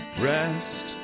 Rest